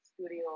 studio